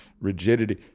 rigidity